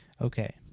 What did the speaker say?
Okay